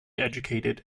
educated